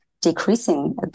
decreasing